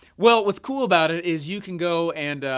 well, what's cool about it is you can go and,